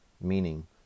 Meaning